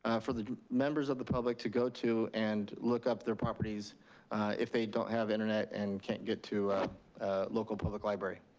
for the members of the public to go to and look up their properties if they don't have internet and can't get to a local public library.